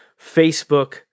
Facebook